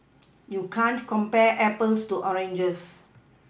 you can't compare Apples to oranges